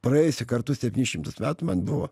praėjusių kartų septynis šimtus metų man buvo